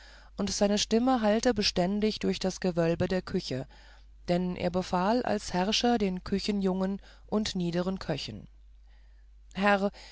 und seine stimme hallte beständig durch das gewölbe der küche denn er befahl als herrscher den küchenjungen und niederen köchen herr